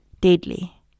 deadly